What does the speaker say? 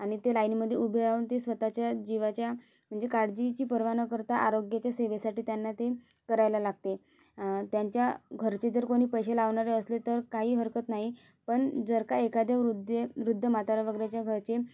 आणि ते लाईनमध्ये उभे राहून ते स्वतःच्या जिवाच्या म्हणजे काळजीची पर्वा न करता आरोग्याच्या सेवेसाठी त्यांना ते करायला लागते त्यांच्या घरचे जर कोणी पैसे लावणारे असले तर काही हरकत नाही पण जर का एखादे वृद्धे वृद्ध म्हातारा वगैरेच्या घरचे